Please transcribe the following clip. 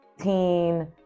teen